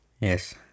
Yes